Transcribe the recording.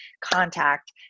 contact